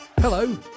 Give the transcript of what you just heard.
Hello